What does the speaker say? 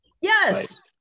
Yes